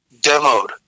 demoed